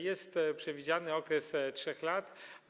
Jest przewidziany okres 3 lat.